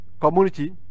community